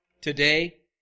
today